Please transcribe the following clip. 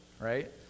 right